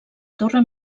torre